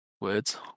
words